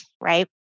Right